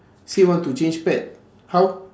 say want to change pad how